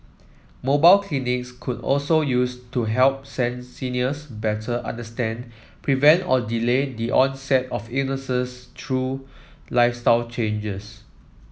mobile clinics could also used to help seniors better understand prevent or delay the onset of illnesses true lifestyle changes